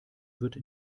wird